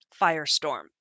firestorm